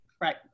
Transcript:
right